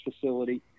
facility